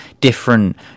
different